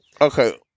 Okay